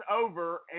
over